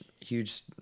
huge